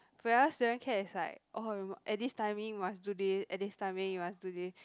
whereas student care is like oh you mu~ at this timing you must do this at this timing you must do this